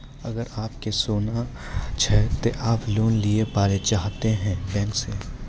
अगर आप के सोना छै ते आप लोन लिए पारे चाहते हैं बैंक से?